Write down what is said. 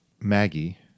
maggie